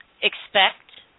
expect